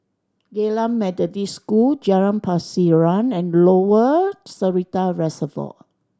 Geylang Methodist School Jalan Pasiran and Lower Seletar Reservoir